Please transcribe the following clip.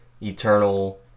eternal